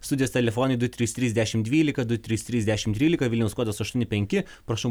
studijos telefonai du trys trys dešimt dvylika du trys trys dešimt trylika vilniaus kodas aštuoni penki prašau